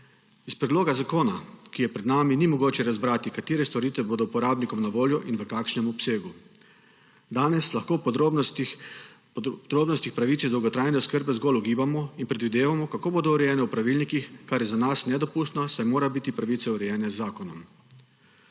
Iz predloga zakona, ki je pred nami, ni mogoče razbrati, katere storitve bodo uporabnikom na voljo in v kakšnem obsegu. Danes lahko o podrobnostih pravic iz dolgotrajne oskrbe zgolj ugibamo in predvidevamo, kako bodo urejene v pravilnikih, kar je za nas nedopustno, saj morajo biti pravice urejene z zakonom.